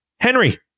Henry